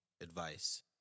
advice